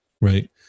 right